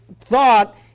thought